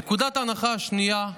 נקודת ההנחה השנייה,